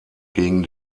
gegen